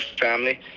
family